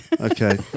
Okay